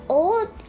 old